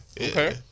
Okay